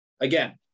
Again